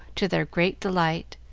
to their great delight.